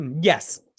yes